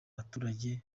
baturage